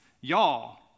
Y'all